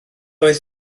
oedd